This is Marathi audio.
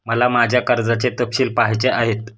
मला माझ्या कर्जाचे तपशील पहायचे आहेत